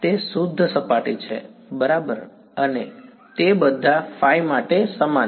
તે શુદ્ધ સપાટી છે બરાબર અને તે બધા ϕ માટે સમાન છે